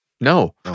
No